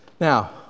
Now